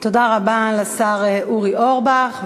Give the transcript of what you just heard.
תודה רבה לשר אורי אורבך.